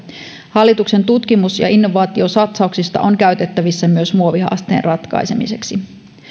hallituksen tutkimus ja innovaatiosatsauksista on käytettävissä myös muovihaasteen ratkaisemiseksi